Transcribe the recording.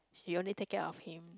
you only take care of him